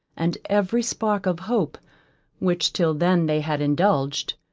and every spark of hope which till then they had indulged,